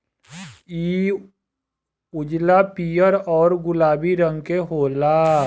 इ उजला, पीयर औरु गुलाबी रंग के होला